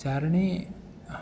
चारणे